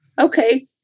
okay